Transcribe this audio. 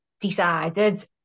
decided